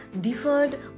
deferred